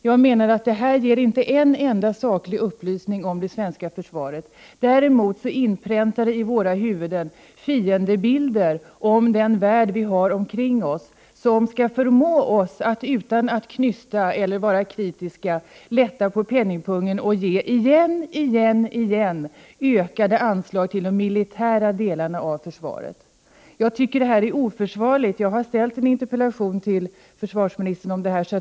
Jag menar att detta inte ger en enda saklig upplysning om det svenska försvaret. Däremot inpräntar det i våra huvuden fiendebilder om den värld vi har omkring oss, som skall förmå oss att utan att knysta eller vara kritiska lätta på penningpungen och ge igen, igen, igen, ökade anslag till de militära delarna av försvaret. Jag tycker detta är oförsvarligt. Jag har ställt en interpellation till försvarsministern om detta.